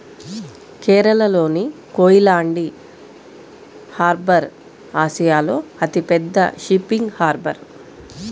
కేరళలోని కోయిలాండి హార్బర్ ఆసియాలో అతిపెద్ద ఫిషింగ్ హార్బర్